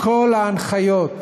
כל ההנחיות